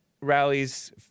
rallies